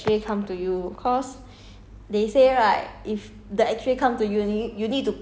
I think it's better for you to go to the X-ray than the X-ray come to you cause